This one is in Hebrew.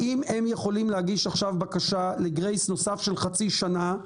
האם הם יכולים להגיש עכשיו בקשה לגרייס נוסף של חצי שנה,